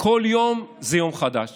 כל יום זה יום חדש